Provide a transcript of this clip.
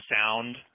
sound